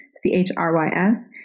C-H-R-Y-S